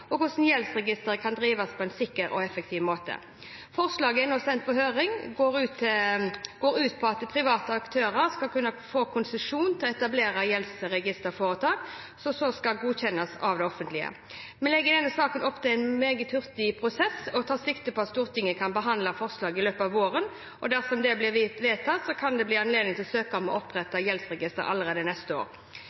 og hvordan gjeldsregisteret kan drives på en sikker og effektiv måte. Forslaget er nå sendt på høring, og det går ut på at private aktører skal kunne få konsesjon til å etablere gjeldsregisterforetak, som så skal godkjennes av det offentlige. Vi legger i denne saken opp til en meget hurtig prosess og tar sikte på at Stortinget kan behandle forslaget i løpet av våren. Dersom det blir vedtatt, kan det bli anledning til å søke om å opprette gjeldsregister allerede neste år.